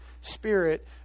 spirit